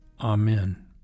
Amen